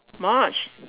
much